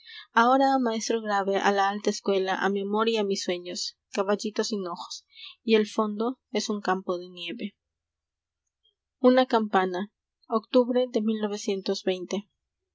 ahora a maestro grave a la alta escuela a mi amor y a mis sueños caballitos sin ojos y el fondo es un campo de nieve biblioteca nacional de